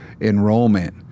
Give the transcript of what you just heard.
enrollment